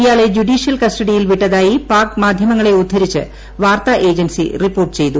ഇയാളെ ജുഡീഷ്യൽ കസ്റ്റഡിയിൽ വിട്ടതായി പാക് മാധ്യമങ്ങളെ ഉദ്ധരിച്ച് വാർത്താ ഏജൻസി റിപ്പോർട്ട് ചെയ്തു